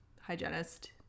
Hygienist